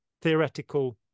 theoretical